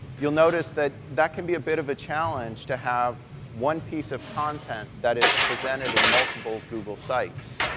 you'll notice that that can be a bit of a challenge, to have one piece of content that is presented in multiple google sites.